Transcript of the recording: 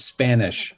Spanish